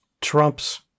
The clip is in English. Trump's